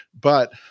But-